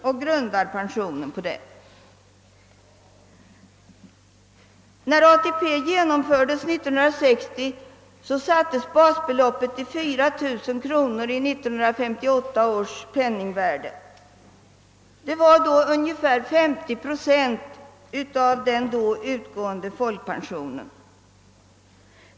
När ATP genomfördes år 1960 sattes basbeloppet till 4 000 kronor enligt 1958 års penningvärde. Folkpensionen var då ungefär 50 procent av basbeloppet.